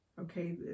Okay